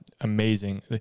amazing